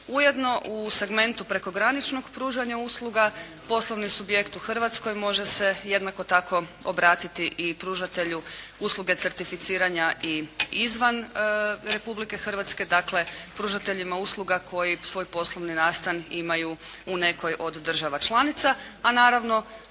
Ujedno u segmentu prekograničnog pružanja usluga poslovni subjekt u Hrvatskoj može se jednako tako obratiti i pružatelju usluge certificiranja i izvan Republike Hrvatske. Dakle, pružateljima usluga koji svoj poslovni nastan imaju u nekoj od država članica, a naravno